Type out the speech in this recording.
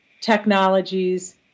technologies